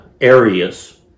areas